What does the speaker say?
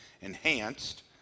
enhanced